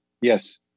Yes